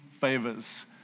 favors